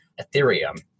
Ethereum